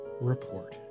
report